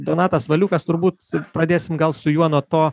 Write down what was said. donatas valiukas turbūt pradėsim gal su juo nuo to